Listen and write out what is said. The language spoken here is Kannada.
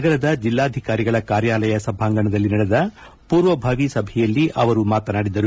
ನಗರದ ಜಿಲ್ಲಾಧಿಕಾರಿಗಳ ಕಾರ್ಯಾಲಯ ಸಭಾಂಗಣದಲ್ಲಿ ನಡೆದ ಪೂರ್ವಭಾವಿ ಸಭೆಯಲ್ಲಿ ಅವರು ಮಾತನಾಡಿದರು